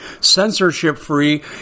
censorship-free